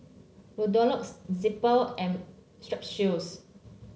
Redoxon Zappy and Strepsils